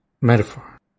Metaphor